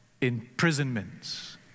imprisonments